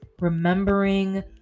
remembering